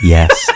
Yes